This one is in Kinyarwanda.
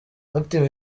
active